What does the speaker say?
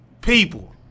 People